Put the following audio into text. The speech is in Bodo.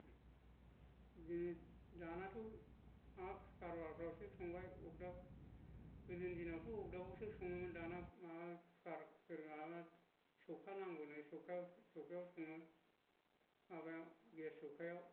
बिदिनो दानाथ' माबा खुखारफ्रावसो संबाय अर्दाब गोदोनि दिनावथ' अर्दाबफोरावसो सङोमोन दाना मा सौखा नांगौनो सौखायाव सङो माबायाव गेस सौखायाव